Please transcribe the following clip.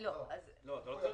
--- מהאופוזיציה.